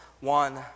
one